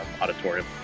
auditorium